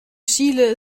chile